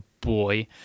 boy